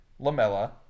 Lamella